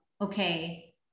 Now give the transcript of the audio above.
okay